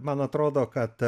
man atrodo kad